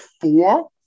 four